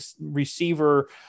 receiver